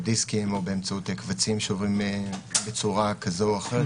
דיסקים או קבצים שעוברים בצורה כזאת או אחרת,